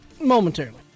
Momentarily